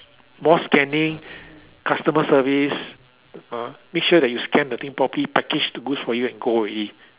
more scanning customer service uh make sure that you scan the thing properly package the goods for you and go already